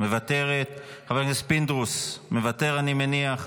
מוותרת, חבר הכנסת פינדרוס, מוותר, אני מניח,